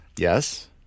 Yes